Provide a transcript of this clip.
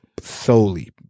solely